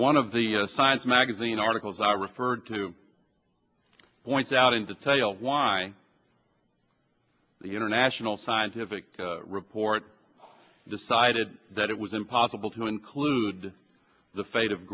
one of the science magazine articles are referred to points out in detail why the international scientific report decided that it was impossible to include the fate of